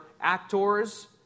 actors